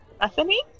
bethany